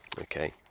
Okay